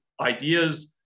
ideas